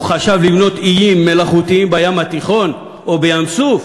הוא חשב לבנות איים מלאכותיים בים התיכון או בים-סוף?